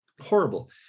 horrible